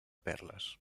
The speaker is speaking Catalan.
perles